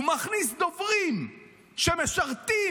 הוא מכניס דוברים שמשרתים,